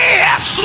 yes